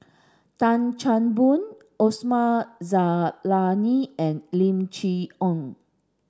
Tan Chan Boon Osman Zailani and Lim Chee Onn